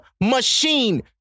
machine